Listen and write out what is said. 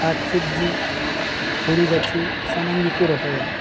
ᱥᱟᱠ ᱥᱟᱵᱡᱤ ᱦᱳᱲᱳ ᱜᱟᱹᱪᱷᱤ ᱥᱟᱱᱟᱢ ᱜᱮᱠᱚ ᱨᱚᱦᱚᱭᱟ